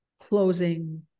closing